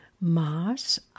Mars